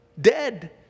Dead